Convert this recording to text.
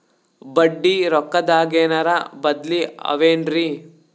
ಬಡ್ಡಿ ರೊಕ್ಕದಾಗೇನರ ಬದ್ಲೀ ಅವೇನ್ರಿ?